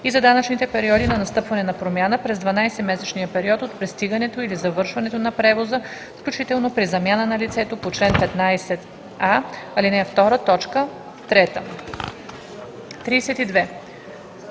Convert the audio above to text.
и за данъчните периоди на настъпване на промяна през 12-месечния период от пристигането или завършването на превоза, включително при замяна на лицето по чл. 15а, ал. 2,